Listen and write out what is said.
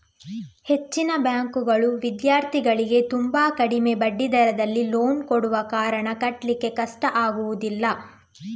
ಹೆಚ್ಚಿನ ಬ್ಯಾಂಕುಗಳು ವಿದ್ಯಾರ್ಥಿಗಳಿಗೆ ತುಂಬಾ ಕಡಿಮೆ ಬಡ್ಡಿ ದರದಲ್ಲಿ ಲೋನ್ ಕೊಡುವ ಕಾರಣ ಕಟ್ಲಿಕ್ಕೆ ಕಷ್ಟ ಆಗುದಿಲ್ಲ